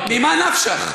ממה נפשך?